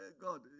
God